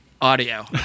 audio